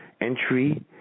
entry